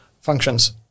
functions